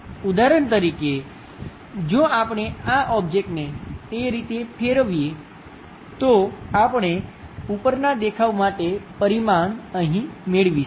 ઉદાહરણ તરીકે જો આપણે આ ઓબ્જેક્ટને તે રીતે ફેરવીએ તો આપણે ઉપરના દેખાવ માટે પરિમાણ અહીં મેળવીશું